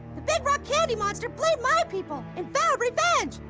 the big rock candy monster blamed my people and vowed revenge,